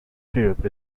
syrup